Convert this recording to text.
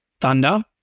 Thunder